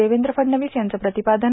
देवेंद्र फडणवीस यांचं प्रतिपादन